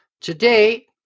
Today